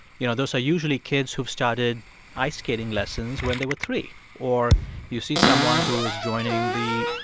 you know, those are usually kids who've started ice skating lessons when they were three. or you see someone who was joining the,